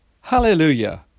Hallelujah